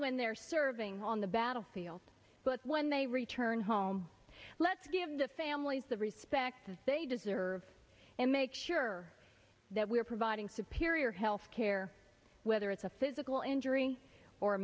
when they're serving on the battlefield but they return home let's give the families the respect they deserve and make sure that we're providing superior health care whether it's a physical injury or